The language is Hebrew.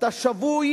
אתה שבוי